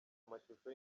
amashusho